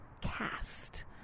cast